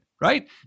right